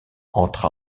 entra